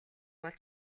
бол